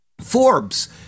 Forbes